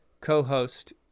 co-host